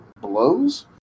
blows